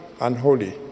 unholy